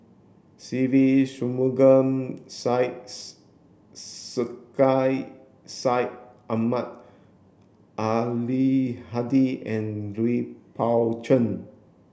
Se Ve Shanmugam Syed Sheikh Syed Ahmad Al Hadi and Lui Pao Chuen